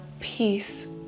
peace